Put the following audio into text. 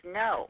no